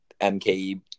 MKE